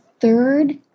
third